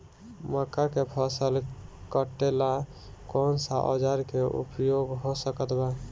मक्का के फसल कटेला कौन सा औजार के उपयोग हो सकत बा?